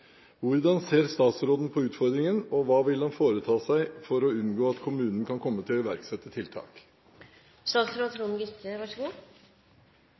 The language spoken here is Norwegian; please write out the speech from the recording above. Hvordan ser statsråden på utfordringen, og hva vil han foreta seg for å unngå at kommunen kan komme til å iverksette